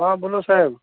હા બોલો સાહેબ